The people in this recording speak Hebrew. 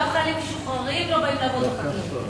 גם חיילים משוחררים לא באים לעבוד בחקלאות.